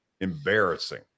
Embarrassing